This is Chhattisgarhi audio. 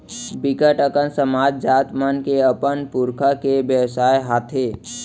बिकट अकन समाज, जात मन के अपन अपन पुरखा के बेवसाय हाथे